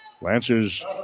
Lancers